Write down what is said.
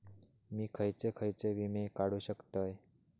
मी खयचे खयचे विमे काढू शकतय?